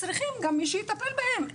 צריכים גם מי שיטפל בהם,